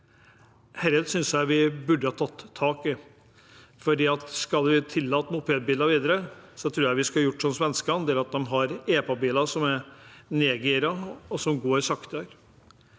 Dette synes jeg vi burde ha tatt tak i. Skal vi tillate mopedbiler videre, tror jeg vi skulle gjort som svenskene. Der har de EPA-biler som er nedgiret, og som går saktere.